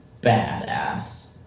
badass